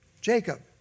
Jacob